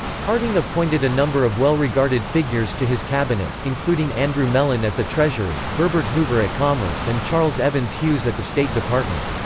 harding appointed a number of well-regarded figures to his cabinet, including andrew mellon at the treasury, herbert hoover at commerce and charles evans hughes at the state department.